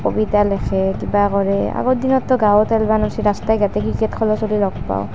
কবিতা লিখে কিবা কৰে আগত দিনতটো গাঁৱত এনকোৱা নাছিল ৰাস্তাই ঘাটে ক্ৰিকেট খেলে চবেই লগ পাওঁ